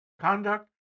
conduct